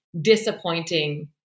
disappointing